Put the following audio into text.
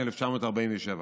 1947,